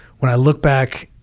when i look back,